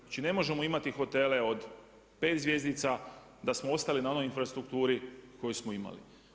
Znači ne možemo imati hotele od 5 zvjezdica da smo ostali na onoj infrastrukturi koju smo imali.